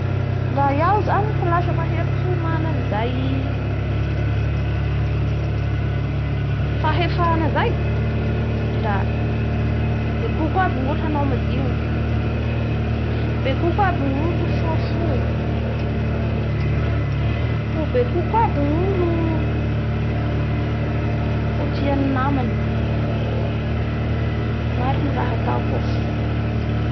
La iaho zany ro lsa mahery fo man an'izay fahefana zay la bekoko aby ny olo hanao madio bekoko aby ny olo ho soa fo ho bekoko aby gnolo ho tia ny namany maro ny raha ahataoko o!